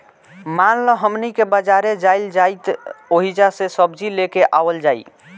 मान ल हमनी के बजारे जाइल जाइत ओहिजा से सब्जी लेके आवल जाई